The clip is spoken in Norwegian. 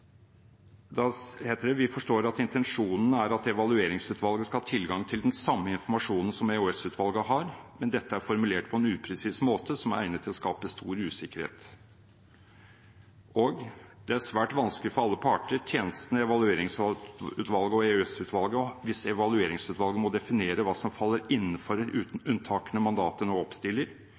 Da heter det: Vi forstår at intensjonen er at Evalueringsutvalget skal ha tilgang til den samme informasjonen som EOS-utvalget har, men dette er formulert på en upresis måte, som er egnet til å skape stor usikkerhet. Det er svært vanskelig for alle parter, tjenestene i Evalueringsutvalget og EOS-utvalget, hvis Evalueringsutvalget må definere hva som faller innenfor unntakene mandatet nå oppstiller.